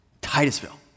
Titusville